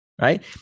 right